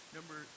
Number